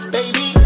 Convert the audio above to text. Baby